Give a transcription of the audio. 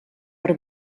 per